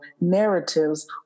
narratives